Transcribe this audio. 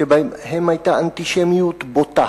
שבהן היתה אנטישמיות בוטה